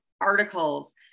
articles